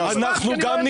אנחנו גם נתמוך בזה.